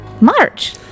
march